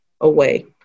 away